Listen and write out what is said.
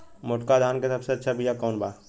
मोटका धान के सबसे अच्छा बिया कवन बा?